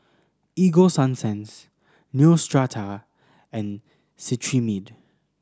Ego Sunsense Neostrata and Cetrimide